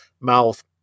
mouth